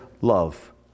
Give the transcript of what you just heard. love